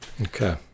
Okay